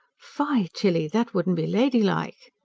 fy, tilly! that wouldn't be ladylike.